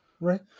Right